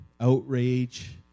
outrage